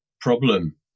problem